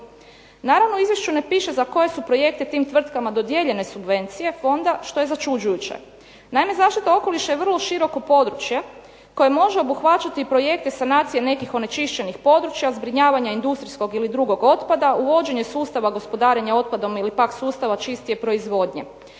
Naravno u Izvješću ne piše za koje su projekte tim tvrtkama dodijeljene subvencije fonda što je začuđujuće. Naime, zaštita okoliša je vrlo široko područje koje može obuhvaćati i projekte sanacije nekih onečišćenih područja, zbrinjavanja industrijskog ili drugog otpada, uvođenje sustava gospodarenja otpadom ili pak sustava čistije proizvodnje.